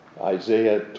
Isaiah